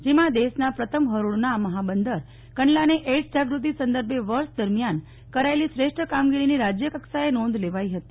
જેમાં દેશના પ્રથમ હરોળના મહાબંદર કંડલાને એઈડસ જાગૃતિ સંદર્ભે વર્ષ દરમ્યાન કરાચેલી શ્રેષ્ઠ કામગીરીની રાજ્યકક્ષાએ નોંધ લેવાઈ હતી